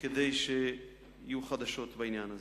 כדי שיהיו חדשות בעניין הזה.